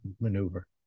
maneuver